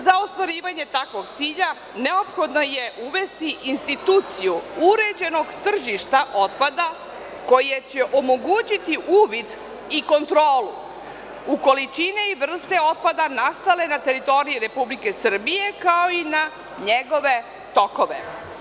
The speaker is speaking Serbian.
Za ostvarivanje takvog cilja neophodno je uvesti instituciju uređenog tržišta otpada koja će omogućiti uvid i kontrolu u količini i vrsti otpada nastaloj na teritoriji Republike Srbije, kao i na njegove tokove.